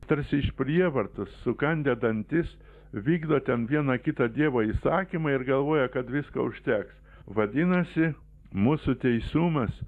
tarsi iš prievartos sukandę dantis vykdo ten vieną kitą dievo įsakymą ir galvoja kad visko užteks vadinasi mūsų teisumas